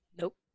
Nope